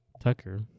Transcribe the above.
Tucker